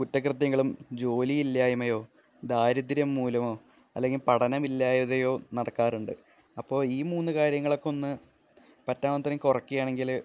കുറ്റകൃത്യങ്ങളും ജോലിയില്ലായ്മയോ ദാരിദ്ര്യം മൂലമോ അല്ലെങ്കിൽ പഠനം ഇല്ലാഴ്കയോ നടക്കാറുണ്ട് അപ്പോള് ഈ മൂന്ന് കാര്യങ്ങളൊക്കെയൊന്ന് പറ്റാവുന്നത്രയും കുറയ്ക്കുകയാണെങ്കില്